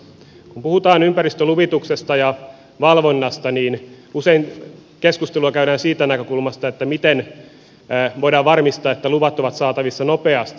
kun puhutaan ympäristöluvituksesta ja valvonnasta niin usein keskustelua käydään siitä näkökulmasta miten voidaan varmistaa että luvat ovat saatavissa nopeasti